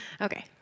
Okay